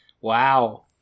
Wow